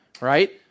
right